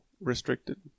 Restricted